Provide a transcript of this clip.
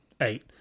Eight